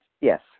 Yes